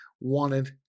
wanted